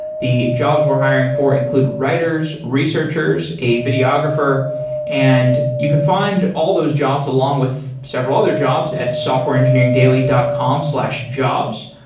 the jobs we're hiring for include writers, researchers, a videographer and you can find all those jobs along with several other jobs at softwareengineeringdaily dot com slash jobs.